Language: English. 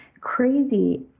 crazy